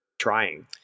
trying